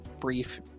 brief